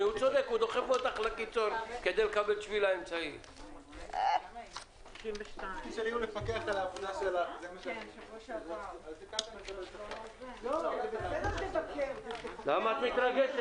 13:10.